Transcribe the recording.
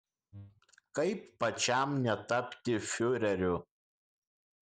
kaip pačiam netapti fiureriu